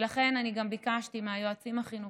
לכן, אני גם ביקשתי מהיועצים החינוכיים,